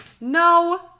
No